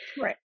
Right